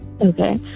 Okay